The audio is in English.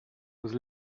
was